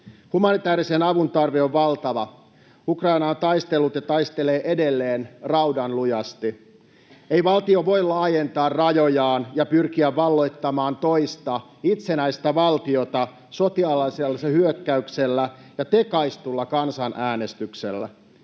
Humanitäärisen avun tarve on valtava. Ukraina on taistellut ja taistelee edelleen raudanlujasti. Ei valtio voi laajentaa rajojaan ja pyrkiä valloittamaan toista itsenäistä valtiota sotilaallisella hyökkäyksellä ja tekaistulla kansanäänestyksellä.